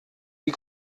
die